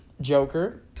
Joker